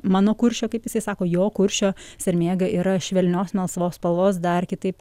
mano kuršio kaip jisai sako jo kuršio sermėga yra švelnios melsvos spalvos dar kitaip